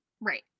Right